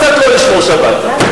קצת לא לשמור שבת.